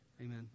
Amen